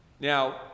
Now